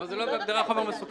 אבל זה לא בהגדרה של חומר מסוכן.